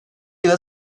yıla